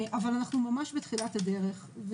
אבל אנחנו ממש בתחילת הדרך.